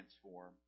transform